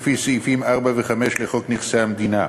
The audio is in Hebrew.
לפי סעיפים 4 ו-5 לחוק נכסי המדינה.